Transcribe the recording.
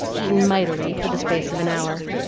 eaten mightily for the space of an hour.